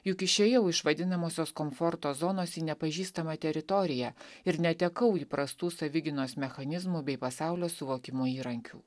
juk išėjau iš vadinamosios komforto zonos į nepažįstamą teritoriją ir netekau įprastų savigynos mechanizmų bei pasaulio suvokimo įrankių